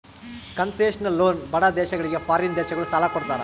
concessional loan ಬಡ ದೇಶಗಳಿಗೆ foreign ದೇಶಗಳು ಸಾಲ ಕೊಡ್ತಾರ